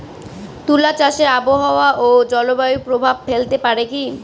তুলা চাষে আবহাওয়া ও জলবায়ু প্রভাব ফেলতে পারে কি?